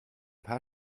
paar